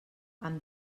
amb